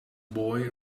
boy